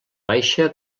baixa